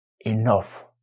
enough